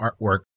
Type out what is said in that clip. artwork